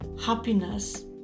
happiness